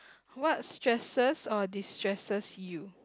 what stresses or distresses you